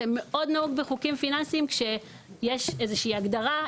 זה מאוד נהוג בחוקים פיננסיים כשיש איזושהי הגדרה,